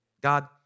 God